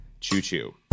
Choo-choo